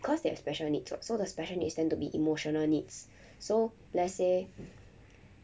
cause they have special needs [what] so the special needs tend to be emotional needs so let's say